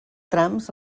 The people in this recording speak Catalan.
trams